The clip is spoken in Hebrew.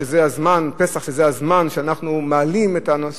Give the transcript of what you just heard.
שזה הזמן שבו אנחנו מעלים את הנושאים.